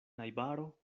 najbaro